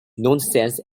nonsense